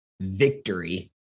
victory